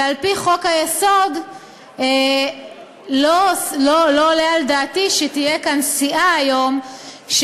ועל-פי חוק-היסוד לא עולה על דעתי שתהיה כאן היום סיעה